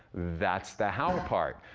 that's the how ah part.